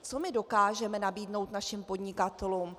Co my dokážeme nabídnout našim podnikatelům?